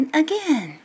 again